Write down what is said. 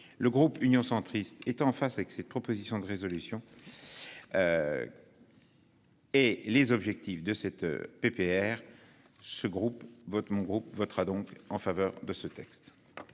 Le groupe Union centriste est en phase avec cette proposition de résolution.-- Et les objectifs de cette PPR ce groupe votre mon groupe votera donc en faveur de ce texte.